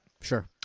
Sure